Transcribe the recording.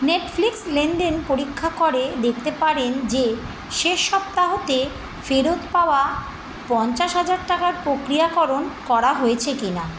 Netflix লেনদেন পরীক্ষা করে দেখতে পারেন যে শেষ সপ্তাহতে ফেরত পাওয়া পঞ্চাশ হাজার টাকার প্রক্রিয়াকরণ করা হয়েছে কিনা